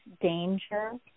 danger